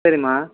சரிம்மா